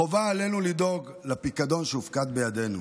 חובה עלינו לדאוג לפיקדון שהופקד בידינו.